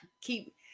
keep